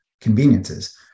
conveniences